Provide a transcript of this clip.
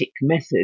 method